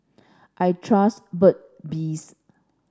I trust Burt bees